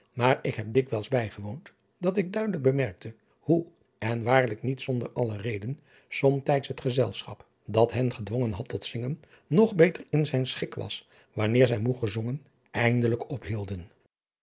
maar ik heb dikwijls bijgewoond dat ik duidelijk bemerkte hoe en waarlijk niet zonder alle reden somtijds het gezelschap dat hen gedwongen had tot zingen nog beter in zijn schik was wanneer adriaan loosjes pzn het leven van hillegonda buisman zij moê gezongen eindelijk ophielden